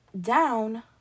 down